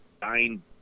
dying